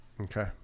Okay